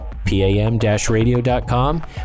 PAM-radio.com